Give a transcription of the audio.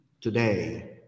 today